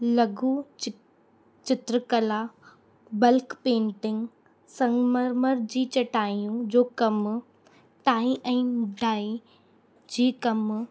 लगू चि चित्र कला बल्क पेंटिंग संगमरमर जी चटायूं जो कमु टाई ऐं डाई जी कम